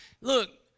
Look